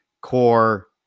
core